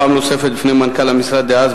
יש טענה של פגיעה של המבחן כתוצאה מהטיה תרבותית,